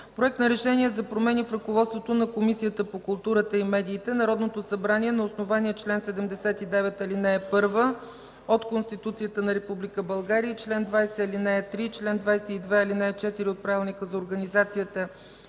„Проект! РЕШЕНИЕ за промени в ръководството на Комисията по културата и медиите Народното събрание на основание чл. 79, ал. 1 от Конституцията на Република България и чл. 20, ал. 3 и чл. 22, ал. 4 от Правилника за организацията